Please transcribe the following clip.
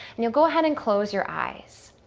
and you'll go ahead and close your eyes.